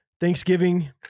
Thanksgiving